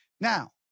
now